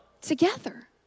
together